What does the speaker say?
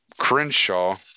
Crenshaw